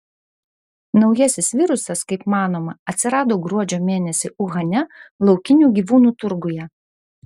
naujasis virusas kaip manoma atsirado gruodžio mėnesį uhane laukinių gyvūnų turguje